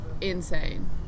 insane